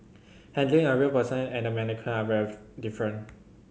handling a real person and a mannequin are very different